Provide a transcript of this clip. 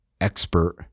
expert